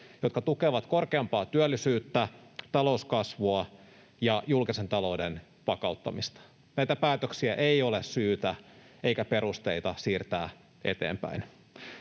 jotka tukevat korkeampaa työllisyyttä, talouskasvua ja julkisen talouden vakauttamista. Näitä päätöksiä ei ole syytä eikä perusteita siirtää eteenpäin.